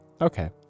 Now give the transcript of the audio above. Okay